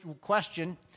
question